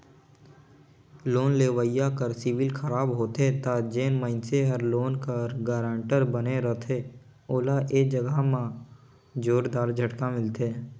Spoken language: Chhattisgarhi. लोन लेवइया कर सिविल खराब होथे ता जेन मइनसे हर लोन कर गारंटर बने रहथे ओला ए जगहा में जोरदार झटका मिलथे